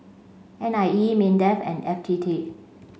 N I E MINDEF and F T T